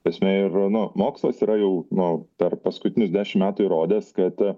ta prasme ir na mokslas yra jau nu per paskutinius dešimt metų įrodęs kad